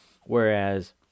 Whereas